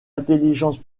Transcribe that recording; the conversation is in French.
intelligence